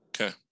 Okay